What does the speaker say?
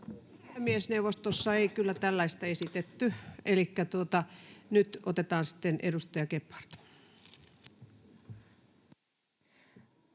Puhemiesneuvostossa ei kyllä tällaista esitetty. — Nyt otetaan sitten edustaja Gebhard.